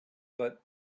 but